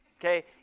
okay